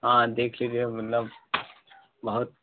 हाँ देखेंगे अब मतलब बहुत